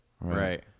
Right